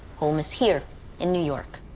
home is here in new york.